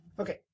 Okay